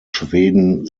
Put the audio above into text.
schweden